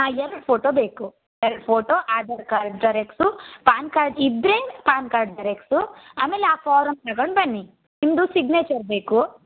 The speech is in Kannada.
ಹಾಂ ಎರಡು ಫೋಟೊ ಬೇಕು ಎರಡು photo Aadhaar card xerox PAN card ಇದ್ದರೆ ಪ್ಯಾನ್ ಕಾರ್ಡ್ ಜೆರಾಕ್ಸ್ ಆಮೇಲೆ ಆ ಫಾರಮ್ ತಗೊಂಡು ಬನ್ನಿ ನಿಮ್ಮದು ಸಿಗ್ನೇಚರ್ ಬೇಕು